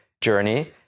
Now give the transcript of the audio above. journey